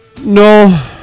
No